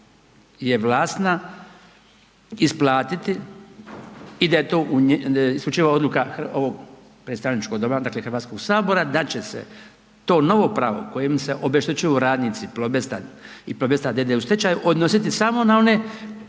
je vlasna isplatiti i da je to isključiva odluka ovog predstavničkog doma, dakle HS da će se to novo pravo kojim se obeštećuju radnici Plobest i Plobest d.d. u stečaju odnositi samo na one